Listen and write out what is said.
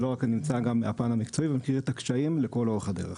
אני נמצא גם מהפן המקצועי ומכיר את הקשיים לכל אורך הדרך.